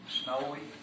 snowy